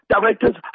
directors